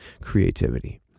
creativity